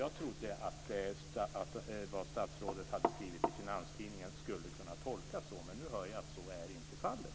Jag trodde att det som statsrådet hade skrivit i Finanstidningen skulle kunna tolkas så här, men nu hör jag att så inte är fallet.